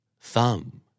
Thumb